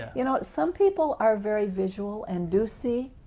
you know, some people are very visual and do see,